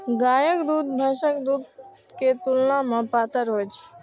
गायक दूध भैंसक दूध के तुलना मे पातर होइ छै